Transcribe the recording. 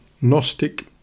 Gnostic